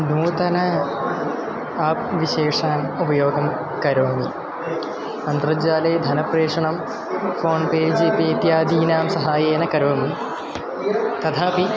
नूतनम् आप् विशेषान् उपयोगं करोमि अन्तर्जालेन धनप्रेषणं फ़ोन्पे जिपे इत्यादीनां सहायेन करोमि तथापि